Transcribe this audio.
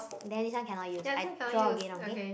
then this one cannot use I draw again okay